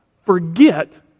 forget